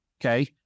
okay